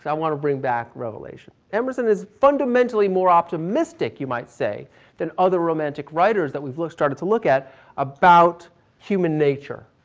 i want to bring back revelation. emerson is fundamentally more optimistic you might say than other romantic writers that we've started to look at about human nature.